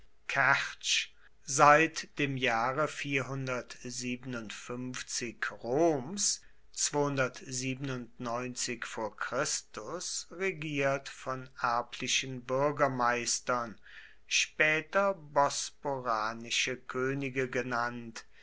seit dem jahre roms regiert von erblichen bürgermeistern später bosporanische könige genannt